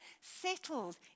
settled